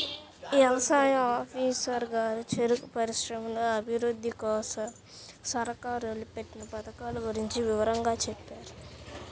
యవసాయ ఆఫీసరు గారు చెరుకు పరిశ్రమల అభిరుద్ధి కోసరం సర్కారోళ్ళు పెట్టిన పథకాల గురించి వివరంగా చెప్పారు